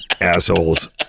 assholes